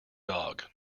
dog